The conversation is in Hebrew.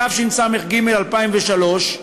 התשס"ג 2003,